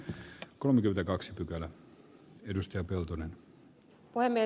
arvoisa puhemies